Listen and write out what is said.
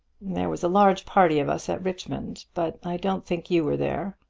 there was a large party of us at richmond, but i don't think you were there.